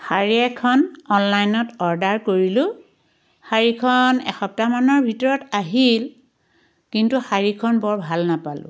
শাৰী এখন অনলাইনত অৰ্ডাৰ কৰিলোঁ শাৰীখন এসপ্তাহ মানৰ ভিতৰত আহিল কিন্তু শাৰীখন বৰ ভাল নাপালোঁ